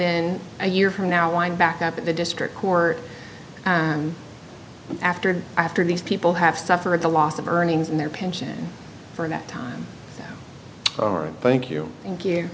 in a year from now and back up at the district court after after these people have suffered the loss of earnings and their pension for a time or thank you thank you